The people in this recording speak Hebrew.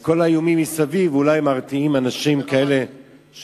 כל האיומים מסביב אולי מרתיעים אנשים כאלה,